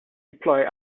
deploy